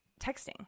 texting